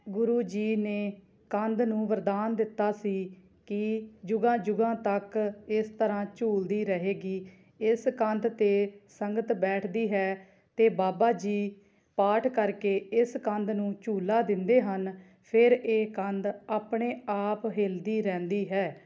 ਗੁਰੂ ਜੀ ਨੇ ਕੰਧ ਨੂੰ ਵਰਦਾਨ ਦਿੱਤਾ ਸੀ ਕਿ ਜੁਗਾਂ ਜੁਗਾਂ ਤੱਕ ਇਸ ਤਰ੍ਹਾਂ ਝੂਲਦੀ ਰਹੇਗੀ ਇਸ ਕੰਧ 'ਤੇ ਸੰਗਤ ਬੈਠਦੀ ਹੈ ਅਤੇ ਬਾਬਾ ਜੀ ਪਾਠ ਕਰਕੇ ਇਸ ਕੰਧ ਨੂੰ ਝੂਲਾ ਦਿੰਦੇ ਹਨ ਫਿਰ ਇਹ ਕੰਧ ਆਪਣੇ ਆਪ ਹਿੱਲਦੀ ਰਹਿੰਦੀ ਹੈ